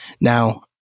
Now